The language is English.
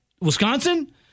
Wisconsin